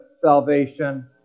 salvation